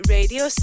Radio